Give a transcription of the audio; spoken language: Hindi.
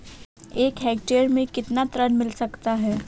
एक हेक्टेयर में कितना ऋण मिल सकता है?